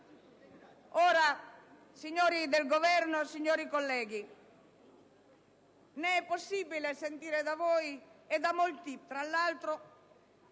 perché, signori del Governo, signori colleghi, non è possibile sentire da voi - e da molti, tra l'altro